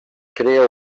crea